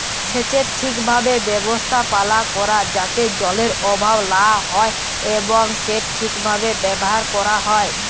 সেচের ঠিকভাবে ব্যবস্থাপালা ক্যরা যাতে জলের অভাব লা হ্যয় এবং সেট ঠিকভাবে ব্যাভার ক্যরা হ্যয়